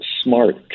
smart